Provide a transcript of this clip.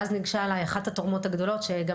ואז ניגשה אלי אחת התורמות הגדולות שגם